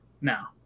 now